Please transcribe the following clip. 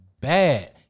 Bad